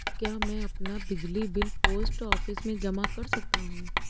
क्या मैं अपना बिजली बिल पोस्ट ऑफिस में जमा कर सकता हूँ?